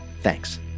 Thanks